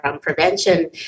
prevention